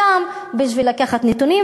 בשביל לקחת נתונים,